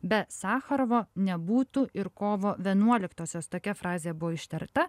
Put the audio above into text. be sacharovo nebūtų ir kovo vienuoliktosios tokia frazė buvo ištarta